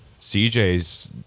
CJ's